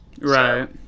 right